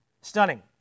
Stunning